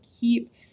keep